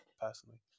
personally